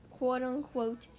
quote-unquote